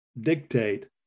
dictate